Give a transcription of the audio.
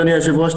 אדוני היושב-ראש,